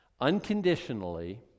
unconditionally